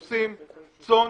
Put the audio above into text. סוסים, צאן.